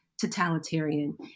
totalitarian